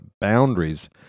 boundaries